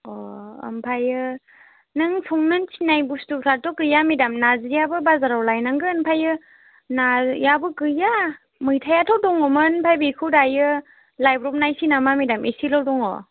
अ ओमफ्राय नों संनो थिननाय बुस्तुफोराथ' गैया मेडाम नारजिआबो बाजाराव लायनांगोन ओमफ्राय नायाबो गैया मैथायाथ' दङमोन ओमफ्राय बेखौ दायो लायब्र'बनोसै नामा मेडाम एसेल' दङ